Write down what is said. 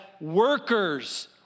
workers